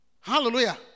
Hallelujah